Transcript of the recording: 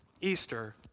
Easter